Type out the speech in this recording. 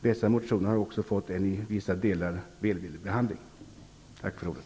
Dessa motioner har också fått en i vissa delar välvillig behandling. Tack för ordet!